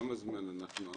לכמה זמן אנחנו ערוכים?